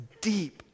deep